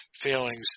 feelings